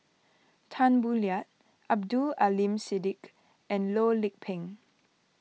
Tan Boo Liat Abdul Aleem Siddique and Loh Lik Peng